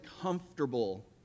comfortable